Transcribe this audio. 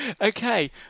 okay